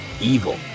Evil